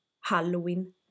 Halloween